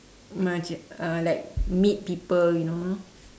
macam uh like meet people you know